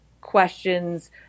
questions